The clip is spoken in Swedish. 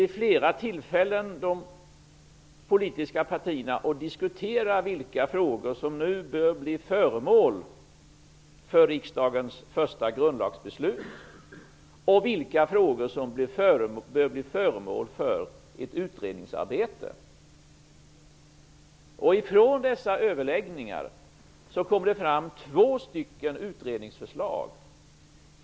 Vid flera tillfällen diskuterar de politiska partierna om vilka frågor som bör bli föremål för riksdagens första grundlagsbeslut och om vilka som bör bli föremål för ett utredningsarbete. Ifrån dessa överläggningar kommer två utredningsförslag.